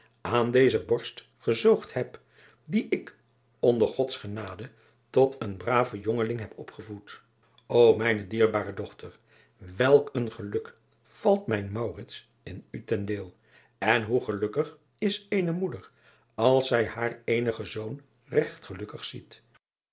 aan deze borgt gezoogd heb dien ik onder ods genade tot een braven jongeling heb opgevoed o mijne dierbare dochter welk een geluk valt mijn in u ten deel en hoe gelukkig is eene moeder als zij haar eenigen zoon regt gelukkig ziet